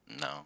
No